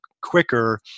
quicker